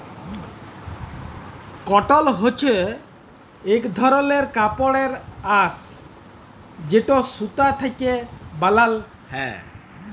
কটল হছে ইক ধরলের কাপড়ের আঁশ যেট সুতা থ্যাকে বালাল হ্যয়